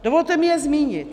Dovolte mi je zmínit.